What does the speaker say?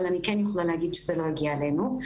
אבל אני כן יכולה להגיד שזה לא הגיע אלינו.